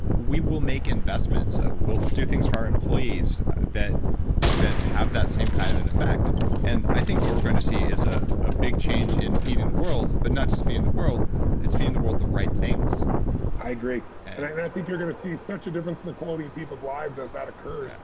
we will make investments, we will will do things for our employees that that have that same kind of an effect and i think what we're going to see is ah a big change in feeding the world, but not just feeding the world, is feeding the world the right things i agree. and i think you're going to see such a difference in the quality of people's lives as that occurs. yeah